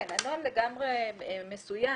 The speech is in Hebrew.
כן, הנוהל לגמרי מסוים.